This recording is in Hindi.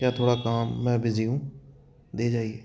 भईया थोड़ा काम मैं बीजी हूँ दे जाइए